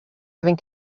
having